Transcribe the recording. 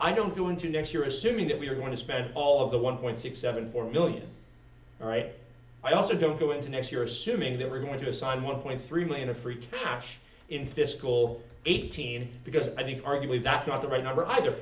i don't go into next year assuming that we are going to spend all of the one point six seven four billion right i also don't go into next year assuming that we're going to assign one point three million of free cash in fiscal eighteen because i think arguably that's not the right number either